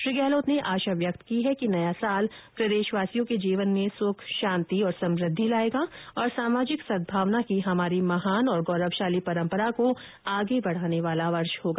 श्री गहलोत ने आशा व्यक्त की है कि नया साल प्रदेशवासियों के जीवन में सुख शांति और समृद्धि लाएगा और सामाजिक सद्भावना की हमारी महान और गौरवशाली परम्परा को आगे बढ़ाने वाला वर्ष होगा